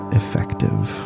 effective